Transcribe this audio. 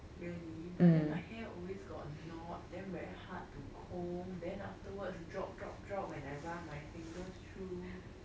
really but then my hair always got knot then very hard to comb then afterwards drop drop drop when I run my fingers through